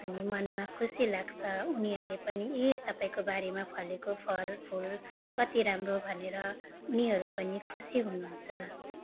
अनि मनमा खुसी लाग्छ उनीहरूले पनि ए तपाईँको बारीमा फलेको फलफुल कति राम्रो भनेर उनीहरू पनि खुसी हुनुहुन्छ